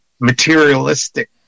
materialistic